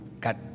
got